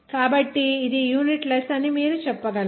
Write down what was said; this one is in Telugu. కాబట్టి ఇది యూనిట్ లెస్ అని మీరు చెప్పగలరు